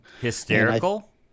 Hysterical